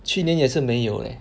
去年也是没有 leh